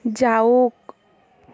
যাওক